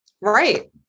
Right